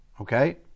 Okay